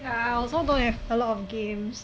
I also don't have a lot of games